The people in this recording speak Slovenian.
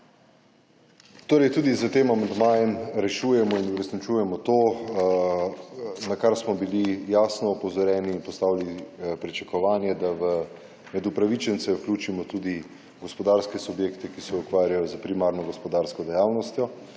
Torej tudi s tem amandmajem rešujemo in uresničujemo to, na kar smo bili jasno opozorjeni in postavili pričakovanje, da med upravičence vključimo tudi gospodarske subjekte, ki se ukvarjajo s primarno gospodarsko dejavnostjo.